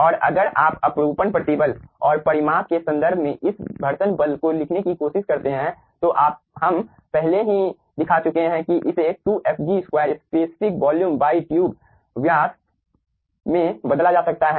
और अगर आप अपरूपण प्रतिबल और परिमाप के संदर्भ में इस घर्षण बल को लिखने की कोशिश करते हैं तो हम पहले ही दिखा चुके हैं कि इसे 2fG2 स्पेसिफिक वॉल्यूम ट्यूब व्यास में बदला जा सकता है